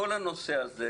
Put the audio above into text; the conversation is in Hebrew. כל הנושא הזה,